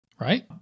right